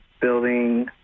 building